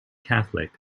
catholic